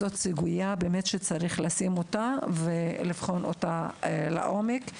צריך לבחון את הסוגיה הזו לעומק.